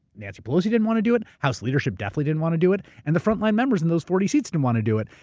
nancy pelosi didn't want to do it. house leadership definitely didn't want to do it, and the frontline members in those forty seats didn't want to do it,